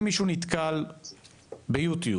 אם מישהו נתקל ביוטיוב,